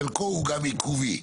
חלקו הוא גם עיכובי,